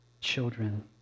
Children